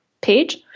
page